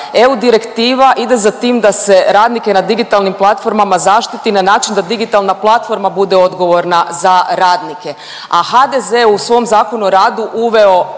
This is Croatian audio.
EU direktiva za tim da se radnike na digitalnim platformama zaštiti na način da digitalna platforma bude odgovorna za radnike, a HDZ u svom Zakonu o radu uveo